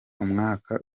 umwaka